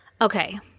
Okay